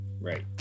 right